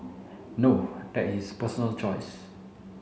no that is his personal choice